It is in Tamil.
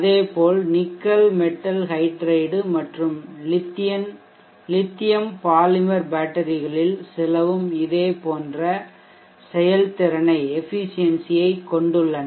அதேபோல் நிக்கல் மெட்டல் ஹைட்ரைடு மற்றும் இந்த லித்தியம் பாலிமர் பேட்டரிகளில் சிலவும் இதேபோன்ற செயல்திறனை கொண்டுள்ளன